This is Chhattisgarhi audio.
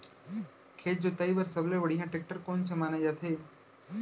खेत जोताई बर सबले बढ़िया टेकटर कोन से माने जाथे?